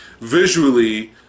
Visually